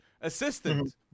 assistant